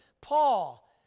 Paul